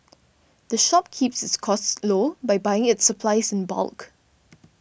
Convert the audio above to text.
the shop keeps its costs low by buying its supplies in bulk